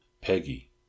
Peggy